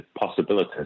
possibilities